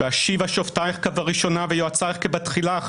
והשיבה שופטיך כבראשונה ויועציך כבתחילה,